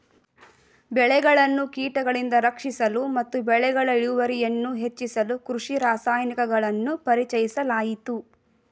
ಬೆಳೆಗಳನ್ನು ಕೀಟಗಳಿಂದ ರಕ್ಷಿಸಲು ಮತ್ತು ಬೆಳೆಗಳ ಇಳುವರಿಯನ್ನು ಹೆಚ್ಚಿಸಲು ಕೃಷಿ ರಾಸಾಯನಿಕಗಳನ್ನು ಪರಿಚಯಿಸಲಾಯಿತು